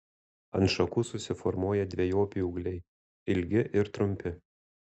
ant šakų susiformuoja dvejopi ūgliai ilgi ir trumpi